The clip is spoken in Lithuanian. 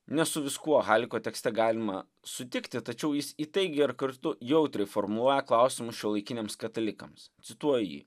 ne su viskuo haliko tekste galima sutikti tačiau jis įtaigiai ir kartu jautriai formuoja klausimus šiuolaikiniams katalikams cituoju jį